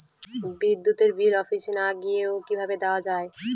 বিদ্যুতের বিল অফিসে না গিয়েও কিভাবে দেওয়া য়ায়?